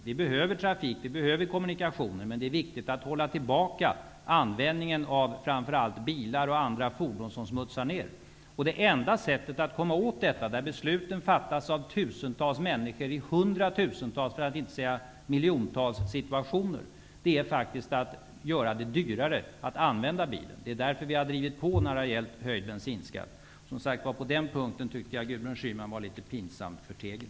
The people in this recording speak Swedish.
Vi behöver trafik och kommunikationer, men det är viktigt att hålla tillbaka användningen av framför allt bilar och andra fordon som smutsar ned. Besluten fattas av tusentals människor i hundratusentals, för att inte säga miljontals, situationer, och det enda sättet att komma åt detta är faktiskt att göra det dyrare att använda bil. Det är därför vi har drivit på frågan om höjd bensinskatt. På den punkten tyckte jag att Gudrun Schyman var pinsamt förtegen.